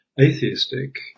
atheistic